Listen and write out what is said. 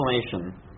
explanation